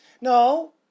No